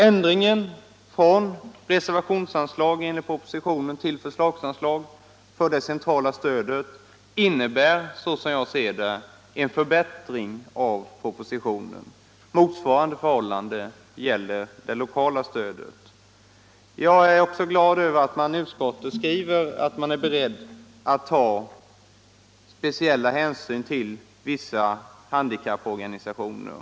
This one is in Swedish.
Ändringen från reservationsanslag enligt propositionen till förslagsanslag för det centrala stödet betyder, såsom jag ser det, en förbättring av propositionen. Motsvarande förhållande gäller det lokala stödet. Jag är glad över att utskottet skriver att man är beredd att ta speciella hänsyn till vissa handikapporganisationer.